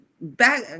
back